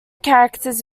characters